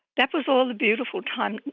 that was all the beautiful time,